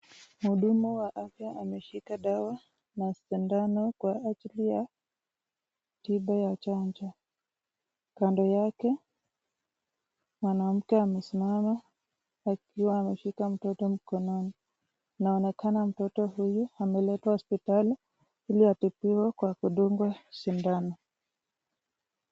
Mhudumu wa afya ameshika dawa na sindano kwa ajili ya tiba ya chanjo. Kando yake, mwanamke amesimama akiwa ameshika mtoto mkononi. Inaonekana mtoto huyu ameletwa hospitali, ili atibiwe kwa kudungwa sindano.